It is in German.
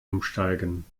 umsteigen